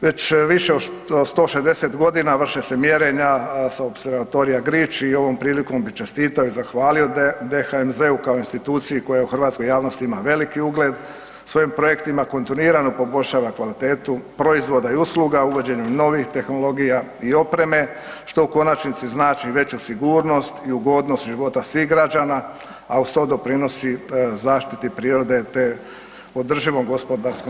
Već više od 160 g. vrše se mjerenja sa opservatorija Grič i ovom prilikom bi čestitao i zahvalio DHMZ-u kao instituciji koja je u hrvatskoj javnosti ima veliki ugled, svojim projektima kontinuirano poboljšava kvalitetu proizvoda i usluga uvođenju novih tehnologija i opreme što u konačnici znači veću sigurnost i ugodnost života svih građana a uz to doprinosi zaštiti prirode te održivom gospodarskom